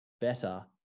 better